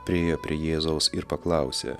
priėjo prie jėzaus ir paklausė